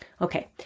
Okay